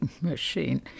machine